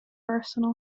arsenal